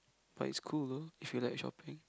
but it's cool though if you like shopping